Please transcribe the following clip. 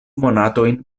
monatojn